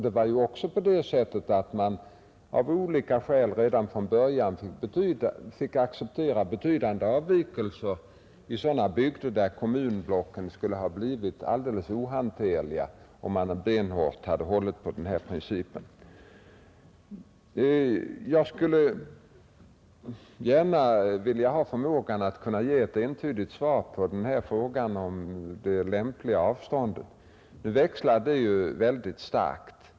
Det var ju också på det sättet att man redan från början av olika skäl fick acceptera betydande avvikelser i sådana bygder där kommunblocken skulle ha blivit alldeles ohanterliga om man benhårt hade hållit på denna princip. Jag skulle önska att jag hade förmågan att ge ett entydigt svar på frågan om de lämpliga avstånden i kommunblockssammanhang. Det växlar nämligen mycket starkt.